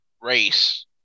race